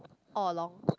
all along